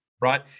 right